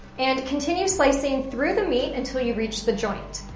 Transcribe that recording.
and continue slicing through the meat until you reach the joint.